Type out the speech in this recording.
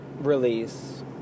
release